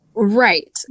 Right